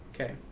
Okay